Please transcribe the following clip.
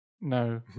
no